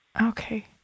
Okay